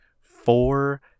Four